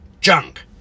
junk